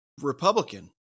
Republican